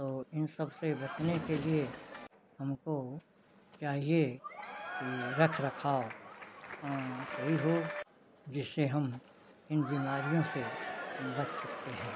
तो इन सबसे बचने के लिए हमको चाहिए कि रख रखाव सही हो जिससे हम इन बीमारियों से बच सकते हैं